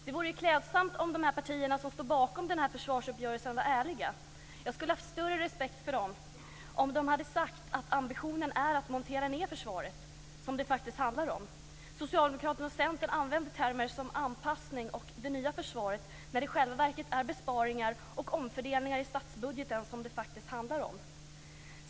Det vore klädsamt om de partier som står bakom denna försvarsuppgörelse vore ärliga. Jag skulle ha haft större respekt för dem om de hade sagt att ambitionen är att montera ned försvaret - som det faktiskt handlar om. Socialdemokraterna och Centern använder termer som "anpassning" och "det nya försvaret" när det i själva verket är besparingar och omfördelningar i statsbudgeten som det faktiskt handlar om.